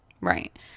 Right